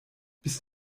bist